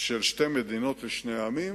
של שתי מדינות לשני עמים,